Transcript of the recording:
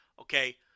Okay